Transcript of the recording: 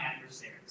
adversaries